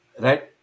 right